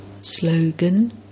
Slogan